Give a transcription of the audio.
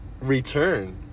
return